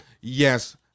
yes